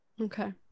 Okay